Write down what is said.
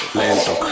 lento